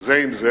זה עם זה,